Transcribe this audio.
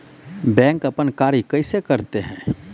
Bank अपन कार्य कैसे करते है?